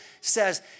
says